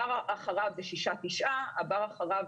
הבר אחריו ב-9-6, הבר אחריו